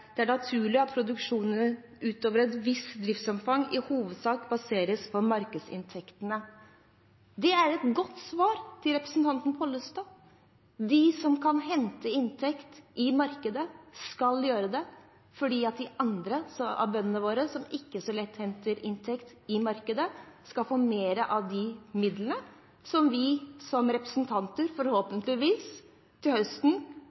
det er naturlig at «produksjon utover et visst driftsomfang i hovedsak baseres på markedsinntektene». Det er et godt svar til representanten Pollestad. De som kan hente inntekt i markedet, skal gjøre det fordi de andre bøndene våre, som ikke så lett kan hente inntekt i markedet, skal få mer av de midlene vi som representanter forhåpentligvis til høsten